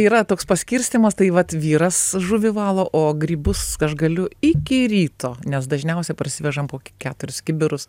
yra toks paskirstymas tai vat vyras žuvį valo o grybus aš galiu iki ryto nes dažniausiai parsivežam po keturis kibirus